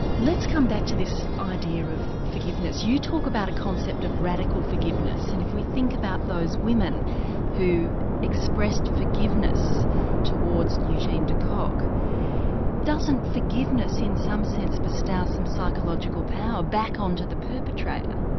let's come back to this idea of forgiveness, you talk about a concept of radical forgiveness and if we think about those women who expressed forgiveness towards eugene de kock doesn't forgiveness in some sense bestow some psychological power back onto the perpetrator?